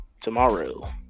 tomorrow